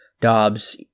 Dobbs